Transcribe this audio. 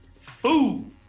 Food